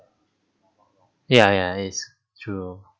ya ya it's true